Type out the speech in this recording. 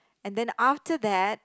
and then after that